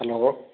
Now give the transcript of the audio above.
hello